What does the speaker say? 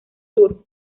sur